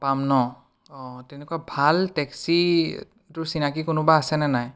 অঁ পাম ন অঁ তেনেকুবা ভাল টেক্সী তোৰ চিনাকী কোনোবা আছে নে নাই